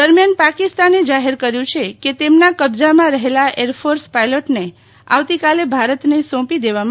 દરમ્યાન પાકિસ્તાને જાહેર કર્યુ છે કે તેમના કબ્જામાં રહેલા એરફોર્સ પાયલોટને આવતીકાલે ભારતને સોપી દેશે